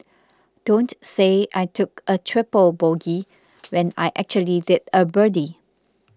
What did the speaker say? don't say I took a triple bogey when I actually did a birdie